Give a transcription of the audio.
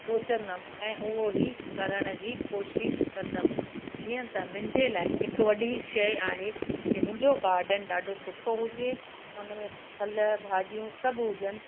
सोचींदमि ऐं उहो ई करण जी कोशिशि कंदमि जीअं त मुंहिंजे लाइ हिकु वॾी शइ आहे की मुंहिंजो गार्डन ॾाढो सुठो हुजे हुन में फल भाॼियूं सभु हुजनि